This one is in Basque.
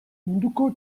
munduko